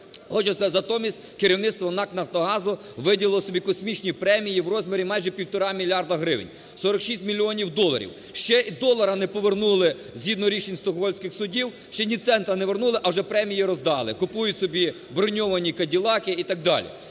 сказати, натомість, керівництво НАК "Нафтогазу" виділило собі космічні премії в розмірі майже півтора мільярда гривень, 46 мільйонів доларів. Ще й долара не повернули згідно рішень Стокгольмських судів, ще ні цента не вернули, а премії роздали, купують собі броньовані Кадилаки і так далі.